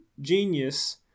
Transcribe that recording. genius